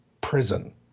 prison